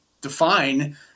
define